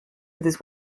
his